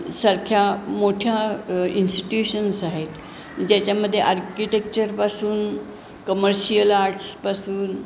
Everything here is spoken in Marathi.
सारख्या मोठ्या इन्स्टट्युशन्स आहेत ज्याच्यामध्ये आर्किटेक्चरपासून कमर्शियल आर्ट्सपासून